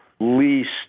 Least